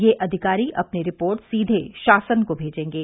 ये अधिकारी अपनी रिपोर्ट सीधे शासन को भेजेंगे